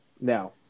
Now